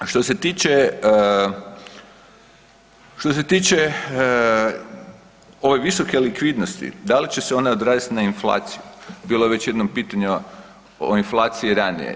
Što se tiče, što se tiče ove visoke likvidnosti, da li će ona odraziti na inflaciju, bilo je već jednom pitanje o inflaciji ranije.